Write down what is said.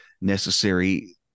necessary